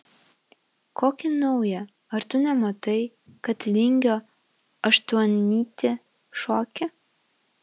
kokį naują ar tu nematai kad lingio aštuonnytį šoki